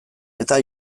eta